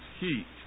heat